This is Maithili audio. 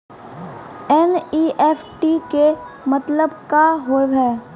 एन.ई.एफ.टी के मतलब का होव हेय?